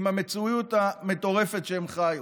עם המציאות המטורפת שבה הם חיו?